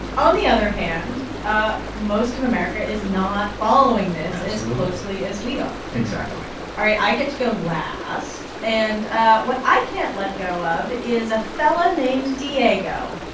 on the other hand, ah most of america is not following this as closely as we are exactly all right, i get to go last. and ah what i can't let go of is a fellow named diego